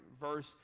verse